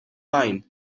mine